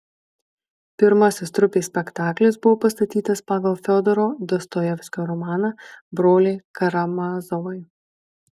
pirmasis trupės spektaklis buvo pastatytas pagal fiodoro dostojevskio romaną broliai karamazovai